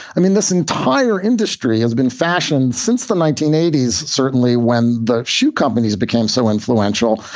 i mean, this entire industry has been fashion since the nineteen eighty s, certainly when the shoe companies became so influential.